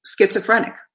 schizophrenic